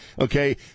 Okay